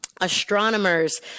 astronomers